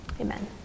Amen